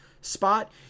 spot